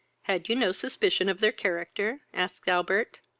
had you no suspicion of their character? asked albert.